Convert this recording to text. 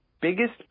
biggest